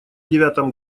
девятом